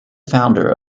founder